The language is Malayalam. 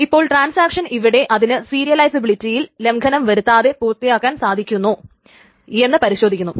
ഇപ്പോൾ ട്രാൻസാക്ഷൻ ഇവിടെ അതിനു സീരിയലൈസബിലിറ്റിയിൽ ലംഘനം വരുത്താതെ പൂർത്തിയാക്കാൻ സാധിക്കുമോ എന്ന് പരിശോധിക്കുന്നു